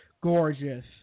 gorgeous